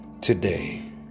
today